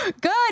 Good